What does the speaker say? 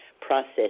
process